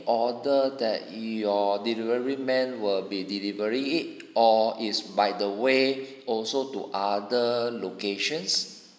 order that your delivery man will be delivering it or is by the way also to other locations